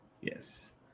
yes